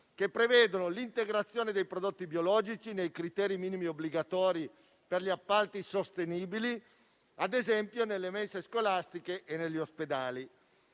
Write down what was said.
che prevedono l'integrazione dei prodotti biologici nei criteri minimi obbligatori per gli appalti sostenibili, ad esempio nelle mense scolastiche e negli ospedali.